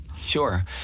Sure